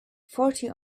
forty